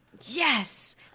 Yes